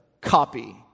copy